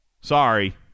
sorry